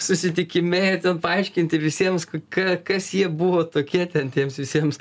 susitikime ir ten paaiškinti visiems ka kas jie buvo tokie ten tiems visiems